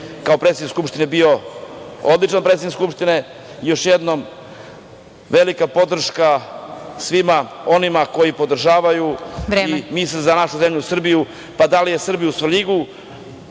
kao predsednik Skupštine bio odličan predsednik Skupštine. Još jednom, velika podrška svima onima koji podržavaju i misle za našu zemlju Srbiju, pa da li je Srbija u Svrljigu,